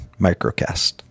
Microcast